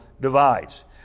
divides